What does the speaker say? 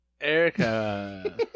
Erica